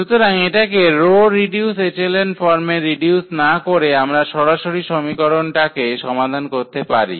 সুতরাং এটাকে row reduce echelon ফর্মে রিডিউস না করে আমরা সরাসরি সমীকরণটা কে সমাধান করতে পারি